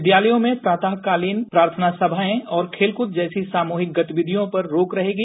विद्यालयों में प्रातःकालीन प्रार्थना समाएं और खेलकूद जैसी सामूहिक गतिविषयों पर रोक रहेगी